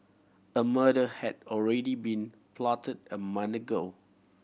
a murder had already been plotted a month ago